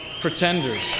Pretenders